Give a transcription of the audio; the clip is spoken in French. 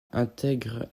intègrent